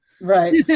Right